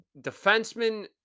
defensemen